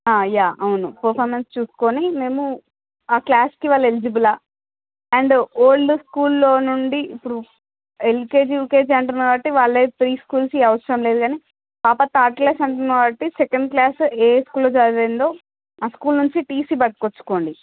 yeah అవును performance చూసుకొని మేము ఆ క్లాస్కి వాళ్ళు ఎలిజిబుల్ అండు ఇప్పుడు ఓల్డ్ స్కూల్లో నుండి ఇప్పుడు ఎల్కేజీ యూకేజీ అంటున్నారు కాబట్టి వాళ్ళవి ప్రీ స్కూల్స్ అవసరం లేదు కానీ పాప థర్డ్ క్లాస్ అంటున్నారు కాబట్టి సెకండ్ క్లాస్ ఏ స్కూల్లో చదివిందో ఆ స్కూల్ నుంచి టీసీ పట్టుకొచ్చుకోండి